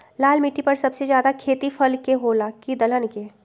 लाल मिट्टी पर सबसे ज्यादा खेती फल के होला की दलहन के?